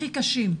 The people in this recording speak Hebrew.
הכי קשים,